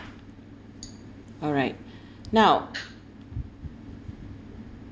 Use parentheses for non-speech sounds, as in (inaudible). alright (breath) now